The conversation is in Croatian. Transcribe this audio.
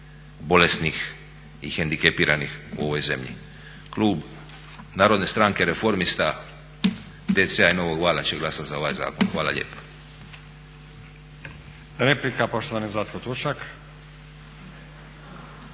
bolesnih i hendikepiranih u ovoj zemlji. Klub Narodne stranke reformista, DC-a i Novog vala će glasati za ovaj zakon. Hvala lijepa.